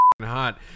hot